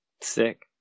Sick